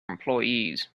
employees